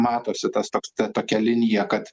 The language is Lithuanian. matosi tas toks ta tokia linija kad